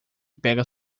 pega